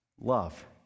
love